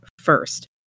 first